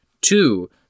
Two